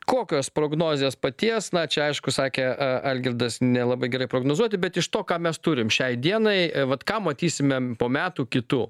kokios prognozės paties na čia aišku sakė algirdas nelabai gerai prognozuoti bet iš to ką mes turim šiai dienai vat ką matysime po metų kitų